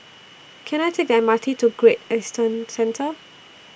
Can I Take The M R T to Great Eastern Centre